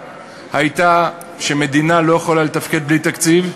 הייתה שמדינה לא יכולה לתפקד בלי תקציב,